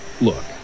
Look